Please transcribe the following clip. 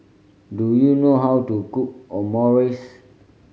do you know how to cook Omurice